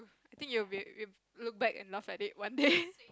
I think you will be will look back and laugh at it one day